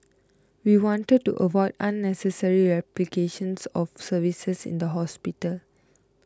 we wanted to avoid unnecessary replications of services in the hospital